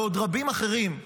ועוד רבים אחרים,